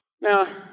Now